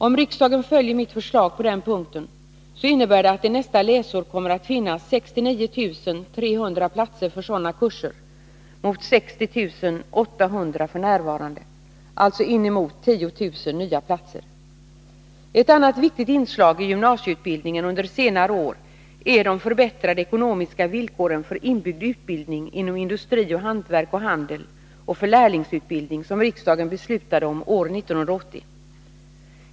Om riksdagen följer mitt förslag på den punkten, så innebär det att det nästa läsår kommer att finnas 69 300 platser för sådana kurser mot 60 800 f. n., alltså inemot 10 000 nya platser. Ett annat viktigt inslag i gymnasieutbildningen under senare år är de förbättrade ekonomiska villkor för inbyggd utbildning inom industri, hantverk och handel samt för lärlingsutbildning som riksdagen beslutade om år 1980.